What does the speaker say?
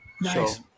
Nice